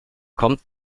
kommt